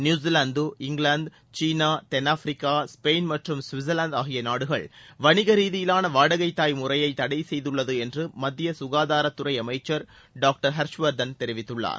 New Zealand England China தென்னாப்பிரிக்கா Spain மற்றும் Switzerland ஆகிய நாடுகள் வணிக ரீதியிலான வாடகைத்தாய் முறையை தடை செய்துள்ளது என்று மத்திய சுகாதாரத்துறை அமைச்சர் டாக்டர் ஹர்ஷ்வர்தன் தெரிவித்துள்ளார்